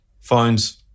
Phones